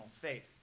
faith